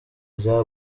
rya